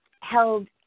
held